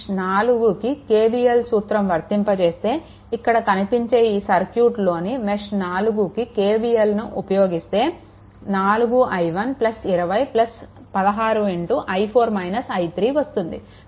మెష్4కి KVL సూత్రం వర్తింపజేస్తే ఇక్కడ కనిపించే ఈ సర్క్యూట్లోని మెష్4కి KVLని ఉపయోగిస్తే 4i4 20 16వస్తుంది